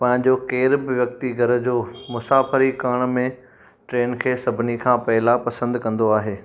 पंहिंजो केर बि व्यक्ति घर जो मुसाफ़िरी करण में ट्रेन खे सभिनी खां पहिला पसंदि कंदो आहे